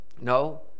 No